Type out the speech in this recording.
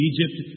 Egypt